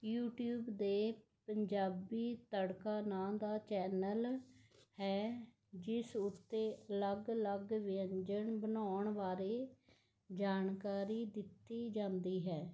YouTube ਦੇ ਪੰਜਾਬੀ ਤੜਕਾ ਨਾਂ ਦਾ ਚੈਨਲ ਹੈ ਜਿਸ ਉੱਤੇ ਅਲੱਗ ਅਲੱਗ ਵਿਅੰਜਨ ਬਣਾਉਣ ਬਾਰੇ ਜਾਣਕਾਰੀ ਦਿੱਤੀ ਜਾਂਦੀ ਹੈ